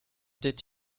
did